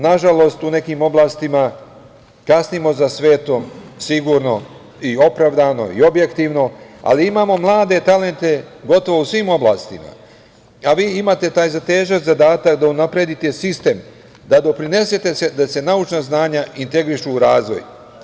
Nažalost, u nekim oblastima kasnimo za svetom sigurno i opravdano i objektivno, ali imamo mlade talente gotovo u svim oblastima, a vi imate taj težak zadatak da unapredite sistem, da doprinesete da se naučna znanja integrišu u razvoj.